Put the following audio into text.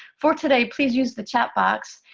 for today, please use the chat box.